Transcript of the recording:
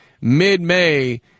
mid-May